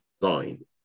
design